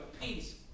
peace